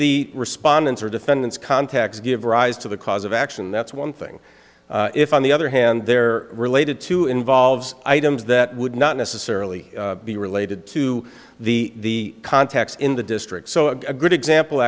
the respondents were defendants context give rise to the cause of action that's one thing if on the other hand they're related to involves items that would not necessarily be related to the contacts in the district so a good example